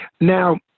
Now